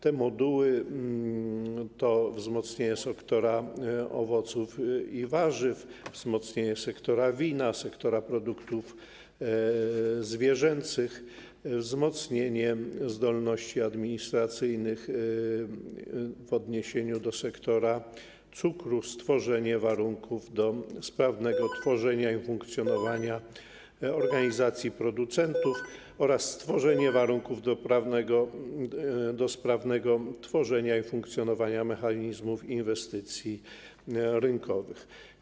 Te moduły to: wzmocnienie sektora owoców i warzyw, wzmocnienie sektora wina, sektora produktów zwierzęcych, wzmocnienie zdolności administracyjnych w odniesieniu do sektora cukru, stworzenie warunków do sprawnego tworzenia i funkcjonowania organizacji producentów oraz stworzenie warunków do sprawnego tworzenia i funkcjonowania mechanizmów inwestycji rynkowych.